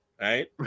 Right